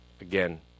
Again